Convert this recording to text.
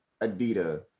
Adidas